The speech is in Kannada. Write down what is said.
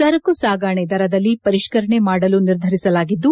ಸರಕು ಸಾಗಣೆ ದರದಲ್ಲಿ ಪರಿಷ್ಠರಣೆ ಮಾಡಲು ನಿರ್ಧರಿಸಲಾಗಿದ್ದು